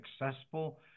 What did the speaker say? successful